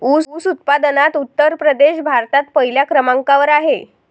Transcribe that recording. ऊस उत्पादनात उत्तर प्रदेश भारतात पहिल्या क्रमांकावर आहे